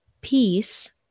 peace